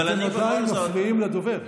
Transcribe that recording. אתם עדיין מפריעים לדובר.